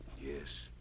Yes